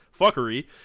fuckery